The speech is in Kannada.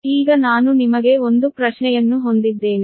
ಈಗ ನಾನು ನಿಮಗೆ ಒಂದು ಪ್ರಶ್ನೆಯನ್ನು ಹೊಂದಿದ್ದೇನೆ